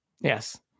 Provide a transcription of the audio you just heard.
Yes